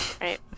right